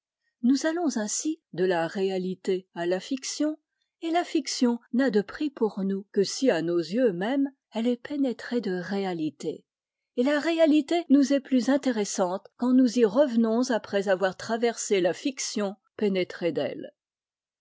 nous allons ainsi de la réalité à la fiction et la fiction n'a de prix pour nous que si à nos yeux mêmes elle est pénétrée de réalité et la réalité nous est plus intéressante quand nous y revenons après avoir traversé la fiction pénétrée d'elle